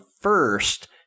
first